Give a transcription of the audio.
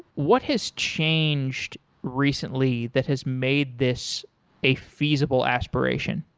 what has changed recently that has made this a feasible aspiration?